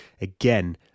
Again